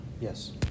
Yes